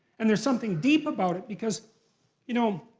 and there's something deep about it, because you know